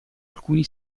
alcuni